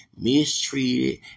mistreated